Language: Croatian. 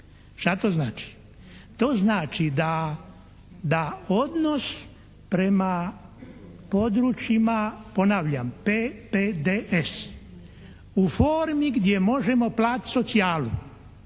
Šta to znači? To znači da, da odnos prema područjima, ponavljam PPDS u formi gdje možemo platiti socijalu,